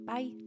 Bye